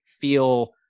feel